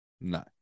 No